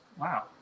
Wow